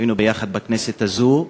היינו יחד בכנסת הזאת.